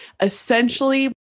essentially